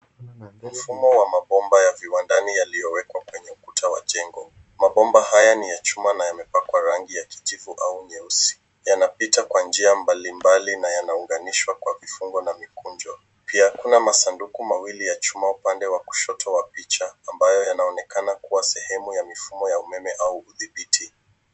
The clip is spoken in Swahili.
Mfumo wa mabomba ya viwandani yaliyowekwa kwenye ukuta wa jengo. Mabomba haya ni ya chuma na yamepakwa rangi ya kijivu au nyeusi, yanapita kwa njia mbali mbali na yanaunganishwa kwa vifungo na mikunjo. Pia, kuna masanduku mawili ya chuma upande wa kushoto wa picha, ambayo yanaonekana kua sehemu ya mifumo ya umeme au udhibiti.